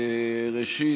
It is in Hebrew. ראשית,